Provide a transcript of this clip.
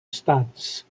stance